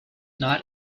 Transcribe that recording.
not